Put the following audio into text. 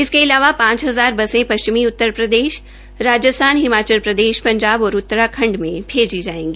इसके अलावा पांच हजार बसें पश्चिमी उत्तरप्रदेश राज्स्थान हिमाचल प्रदेश पंजाब और उत्तराखंड में भेजी जायेगी